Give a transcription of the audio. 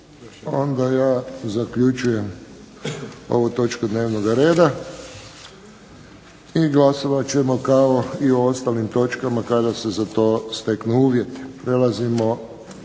Onda ja zaključujem ovu točku dnevnoga reda. I glasovat ćemo kao i ostalim točkama kada se za to steknu uvjeti.